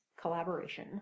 Collaboration